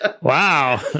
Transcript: wow